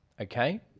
Okay